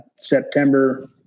September